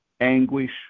anguish